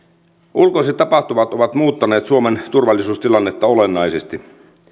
ulkoiset tapahtumat ovat muuttaneet suomen turvallisuustilannetta olennaisesti